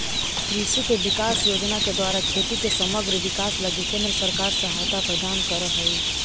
कृषि विकास योजना के द्वारा खेती के समग्र विकास लगी केंद्र सरकार सहायता प्रदान करऽ हई